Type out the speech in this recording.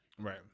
right